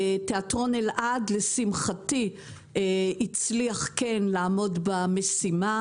לשמחתי, תיאטרון אלעד כן הצליח לעמוד במשימה.